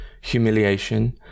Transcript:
humiliation